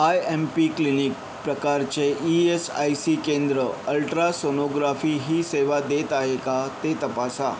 I M P clinic प्रकारचे E S I C केंद्र ultrasonography ही सेवा देत आहे का ते तपासा